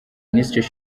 minisiteri